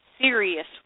serious